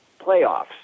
playoffs